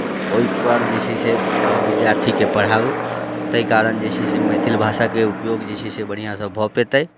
ओहिपर जे छै से विद्यार्थीके पढ़ाउ ताहि कारण जे छै से मैथिल भाषाके उपयोग जे छै से बढ़िआँसँ भऽ पयतै